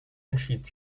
entschied